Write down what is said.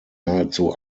nahezu